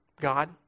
God